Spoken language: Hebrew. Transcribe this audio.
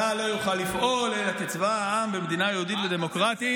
צה"ל לא יוכל לפעול אלא כצבא העם במדינה יהודית ודמוקרטית,